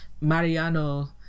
Mariano